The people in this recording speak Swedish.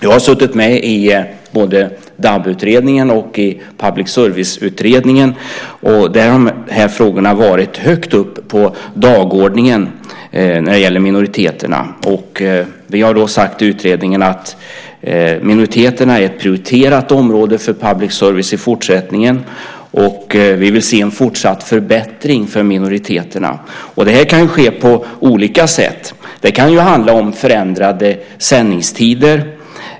Jag har suttit med både i DAB-utredningen och i Public servic e-utredningen. Där har frågor om minoriteterna varit högt uppe på dagordningen. I utredningen har vi sagt att minoriteterna i fortsättningen ska vara ett prioriterat område för public service i fortsättningen. Vi vill se en fortsatt förbättring för minoriteterna. Det kan ske på olika sätt. Det kan handla om förändrade sändningstider.